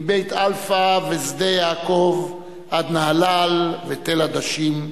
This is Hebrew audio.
מבית-אלפא ושדה-יעקב עד נהלל ותל-עדשים,